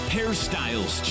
Hairstyles